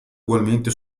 ugualmente